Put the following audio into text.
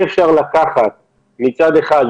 מצד אחד,